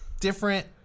different